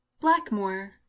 Blackmore